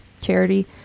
charity